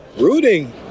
Rooting